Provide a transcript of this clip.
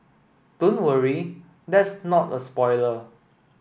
don't worry that's not a spoiler